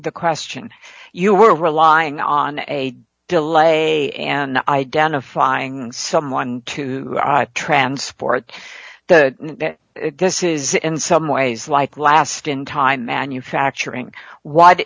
the question you were relying on a delay and identifying someone to transport the this is in some ways like last in time manufacturing w